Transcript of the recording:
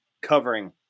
covering